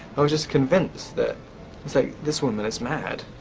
i was just convinced that it's like this woman is mad.